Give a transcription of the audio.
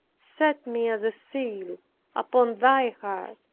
set me as a seal upon thy heart.